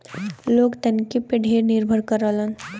लोग तकनीकी पे ढेर निर्भर करलन